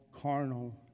carnal